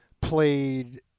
played